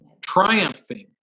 triumphing